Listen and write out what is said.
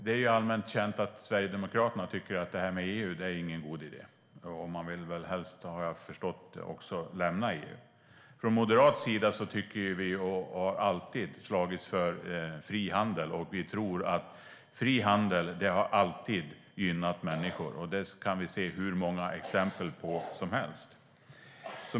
Det är allmänt känt att Sverigedemokraterna tycker att EU inte är någon god idé. Som jag har förstått vill man helst lämna EU. Vi från Moderaterna har alltid slagits för frihandel. Fri handel har alltid gynnat människor, det kan vi se hur många exempel på som helst.